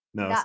no